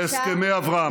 להסכמי אברהם.